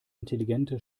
intelligente